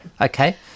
Okay